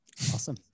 Awesome